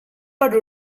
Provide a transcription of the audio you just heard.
per